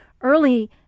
early